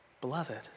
beloved